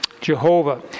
Jehovah